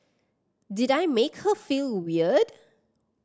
did I make her feel weird